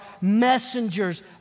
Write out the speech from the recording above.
messengers